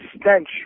stench